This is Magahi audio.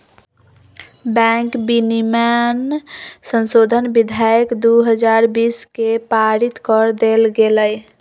बैंक विनियमन संशोधन विधेयक दू हजार बीस के पारित कर देल गेलय